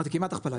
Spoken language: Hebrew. אמרתי כמעט הכפלה,